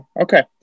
Okay